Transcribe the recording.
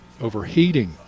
overheating